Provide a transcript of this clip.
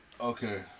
Okay